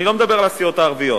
אני לא מדבר על הסיעות הערביות.